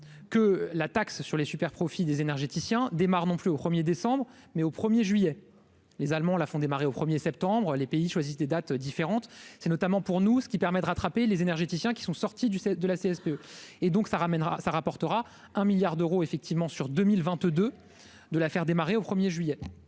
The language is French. que la taxe sur les superprofits des énergéticiens démarre non plus au 1er décembre mais au 1er juillet les Allemands la font démarrer au 1er septembre les pays choisis des dates différentes, c'est notamment pour nous, ce qui permet de rattraper les énergéticiens qui sont sortis du de la CSPE et donc ça ramènera ça rapportera un milliard d'euros effectivement sur 2022 de la faire démarrer au 1er juillet.